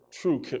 true